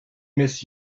miss